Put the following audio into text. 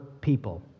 people